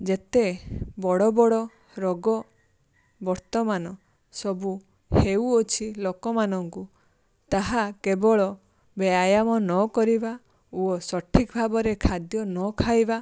ଯେତେ ବଡ଼ ବଡ଼ ରୋଗ ବର୍ତ୍ତମାନ ସବୁ ହେଉଅଛି ଲୋକମାନଙ୍କୁ ତାହା କେବଳ ବ୍ୟାୟାମ ନ କରିବା ଓ ସଠିକ୍ ଭାବରେ ଖାଦ୍ୟ ନ ଖାଇବା